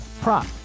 prop